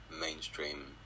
mainstream